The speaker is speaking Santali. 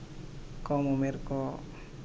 ᱠᱚᱢ ᱩᱢᱮᱹᱨ ᱠᱚ